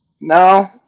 No